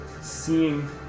seeing